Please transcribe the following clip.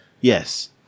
Yes